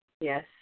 Yes